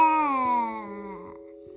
Yes